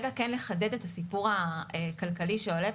כדי לחדד את הסיפור הכלכלי שעולה,